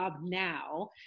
now